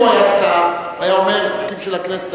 אם הוא היה שר והיה אומר: את החוקים של הכנסת,